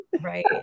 Right